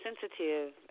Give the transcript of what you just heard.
sensitive